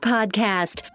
Podcast